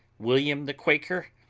william the quaker,